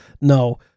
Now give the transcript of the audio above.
No